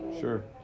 Sure